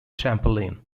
trampoline